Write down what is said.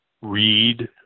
Read